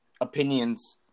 opinions